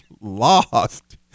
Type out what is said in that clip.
lost